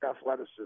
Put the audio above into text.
athleticism